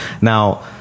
now